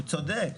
הוא צודק.